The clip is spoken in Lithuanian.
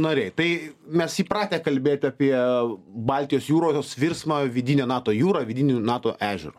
nariai tai mes įpratę kalbėt apie baltijos jūros tos virsmą vidine nato jūra vidiniu nato ežeru